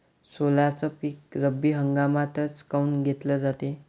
सोल्याचं पीक रब्बी हंगामातच काऊन घेतलं जाते?